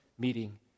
meeting